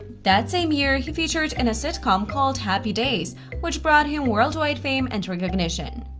that same year he featured in a sitcom called happy days which brought him worldwide fame and recognition.